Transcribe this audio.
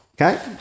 Okay